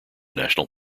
national